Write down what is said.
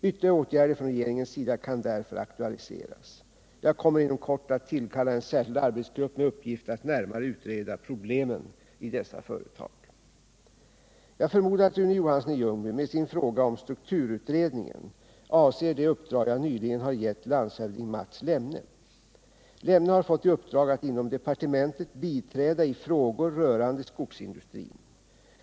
Ytterligare åtgärder från regeringens sida kan därför aktualiseras. Jag kommer inom kort att Nr 107 tillkalla en särskild arbetsgrupp med uppgift att närmare utreda problemen i Måndagen den dessa företag. 3 april 1978 Jag förmodar att Rune Johansson i Ljungby med sin fråga om ”strukturutredningen” avser det uppdrag jag nyligen har gett landshövding Mats — Om skogsindustrins Lemne. Lemne har fått i uppdrag att inom departementet biträda i frågor — framtid rörande skogsindustrin.